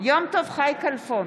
יום טוב חי כלפון,